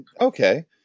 Okay